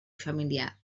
familiar